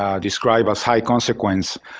um described as high consequence,